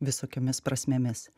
visokiomis prasmėmis